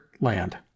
land